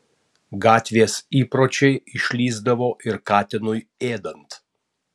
gatvės įpročiai išlįsdavo ir katinui ėdant